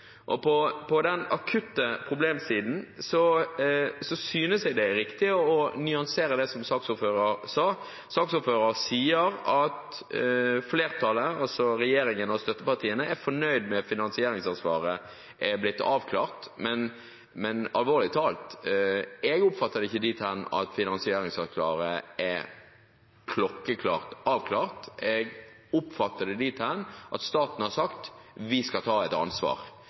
På den akutte problemsiden synes jeg det er riktig å nyansere det som saksordføreren sa. Saksordføreren sier at flertallet, altså regjeringspartiene og støttepartiene, er fornøyd med at finansieringsansvaret er blitt avklart. Men alvorlig talt, jeg oppfatter det ikke dit hen at finansieringsansvaret er klokkeklart avklart. Jeg oppfatter det dit hen at staten har sagt: Vi skal ta et ansvar.